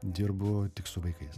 dirbu tik su vaikais